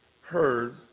heard